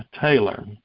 Taylor